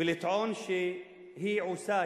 ולטעון שהיא עושה,